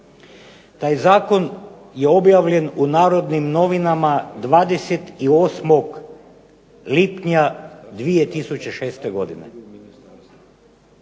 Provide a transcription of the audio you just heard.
Taj zakon je objavljen u "Narodnim novinama" 28. lipnja 2006. godine.